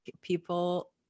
people